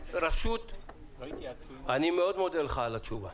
אני מאוד מודה לך על התשובה.